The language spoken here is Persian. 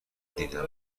دیدم